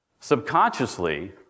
subconsciously